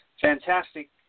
fantastic